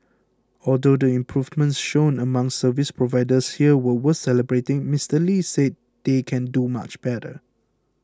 although the improvements shown among service providers here were worth celebrating Mister Lee said they can do much better